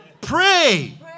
Pray